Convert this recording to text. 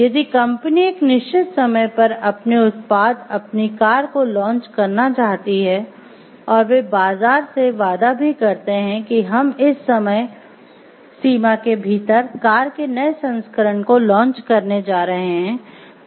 यदि कंपनी एक निश्चित समय पर अपने उत्पाद अपनी कार को लॉन्च करना चाहती हैं और वे बाजार से वादा भी करते हैं कि हम इस समय सीमा के भीतर कार के नए संस्करण को लॉन्च करने जा रहे हैं